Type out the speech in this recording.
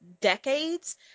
decades